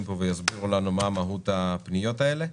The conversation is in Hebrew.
פה ויסבירו לנו מה מהות הפניות האלו,